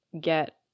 get